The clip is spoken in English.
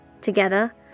Together